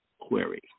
query